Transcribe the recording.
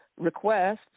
request